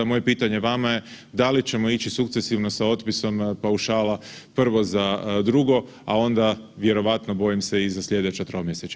Moje pitanje vama je da li ćemo ići sukcesivno sa otpisom paušala, prvo za drugo, a onda vjerojatno bojim se i za sljedeće tromjesečje?